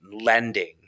lending